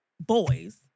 Boys